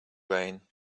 rain